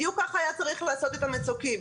בדיוק ככה היה צריך לעשות את המצוקים.